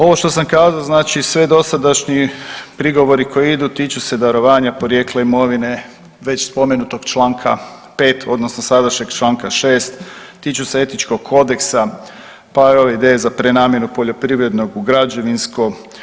Ovo što sam kazao znači sve dosadašnji prigovori koji idu tiču se darovanja porijekla imovine, već spomenuto čl. 5. odnosno sadašnjeg čl. 6. tiču se etičkog kodeksa, pa evo ideje za prenamjenu poljoprivrednog u građevinsko.